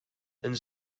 and